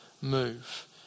move